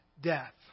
death